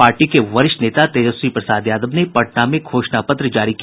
party के वरिष्ठ नेता तेजस्वी प्रसाद यादव ने पटना में घोषणा पत्र जारी किया